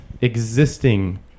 existing